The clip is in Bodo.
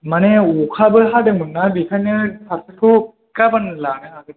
माने अखाबो हादोंमोन ना बेखायनो पार्सेल खौ गाबोन लानो हागोन नामा